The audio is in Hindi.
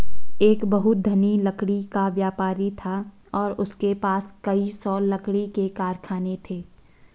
एक बहुत धनी लकड़ी का व्यापारी था और उसके पास कई सौ लकड़ी के कारखाने थे